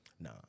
Nah